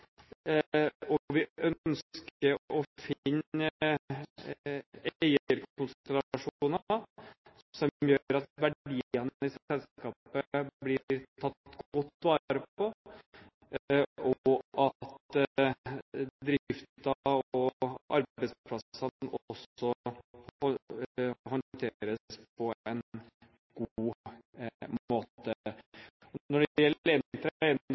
og vi ønsker å finne eierkonstellasjoner som gjør at verdiene i selskapet blir tatt godt vare på, og at driften og arbeidsplassene også håndteres på en god måte. Når det gjelder